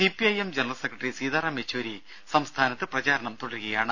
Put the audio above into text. CPIM general secretary Sitaram Yechury സംസ്ഥാനത്ത് പ്രചാരണം തുടരുകയാണ്